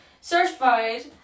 certified